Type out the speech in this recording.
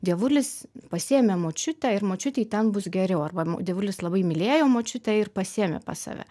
dievulis pasiėmė močiutę ir močiutei ten bus geriau arba dievulis labai mylėjo močiutę ir pasiėmė pas save